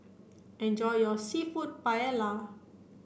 enjoy your Seafood Paella